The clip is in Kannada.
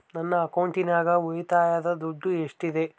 ನನ್ನ ಅಕೌಂಟಿನಾಗ ಉಳಿತಾಯದ ದುಡ್ಡು ಎಷ್ಟಿದೆ?